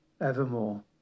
evermore